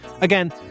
Again